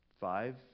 five